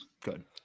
Good